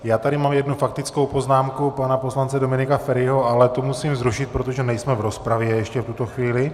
Já tady mám jednu faktickou poznámku pana poslance Dominika Feriho, ale tu musím zrušit, protože nejsme v rozpravě ještě v tuto chvíli.